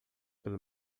pelo